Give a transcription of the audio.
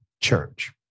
church